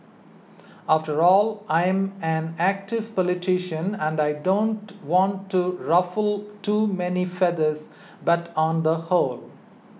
after all I'm an active politician and I don't want to ruffle too many feathers but on the whole